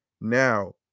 Now